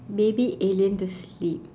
baby alien to sleep